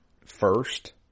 first